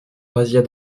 razzias